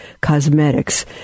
cosmetics